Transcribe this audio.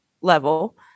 level